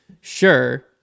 sure